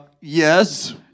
yes